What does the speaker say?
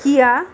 Kia